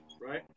Right